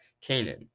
Canaan